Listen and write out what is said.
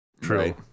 True